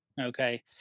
Okay